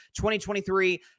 2023